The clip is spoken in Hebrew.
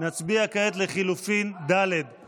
נעבור להצבעה על לחלופין ג' כעת.